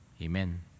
Amen